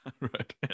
right